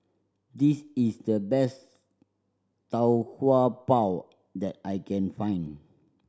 this is the best Tau Kwa Pau that I can find